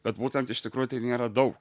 bet būtent iš tikrųjų tai nėra daug